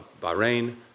Bahrain